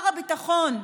שר הביטחון,